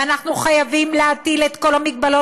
ואנחנו חייבים להטיל את כל ההגבלות